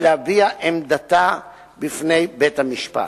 ולהביע עמדתה בפני בית-המשפט.